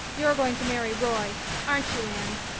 you're going to marry roy, aren't you, anne?